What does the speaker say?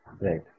Right